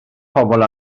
pobl